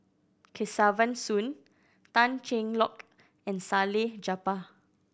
Kesavan Soon Tan Cheng Lock and Salleh Japar